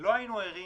לא היינו ערים